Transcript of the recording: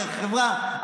דרך חברה,